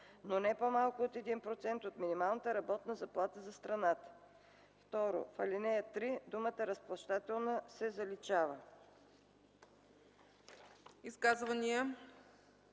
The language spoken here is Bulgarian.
но не по-малко от 1% от минималната работна заплата за страната.” 2. В ал. 3 думата „разплащателна” се заличава.”